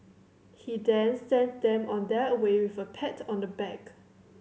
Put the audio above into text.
he then sent them on their way with a pat on the back